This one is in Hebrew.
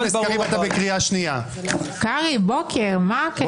בקריאה ראשונה.